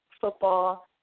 football